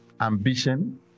ambition